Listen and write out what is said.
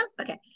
Okay